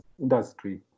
industry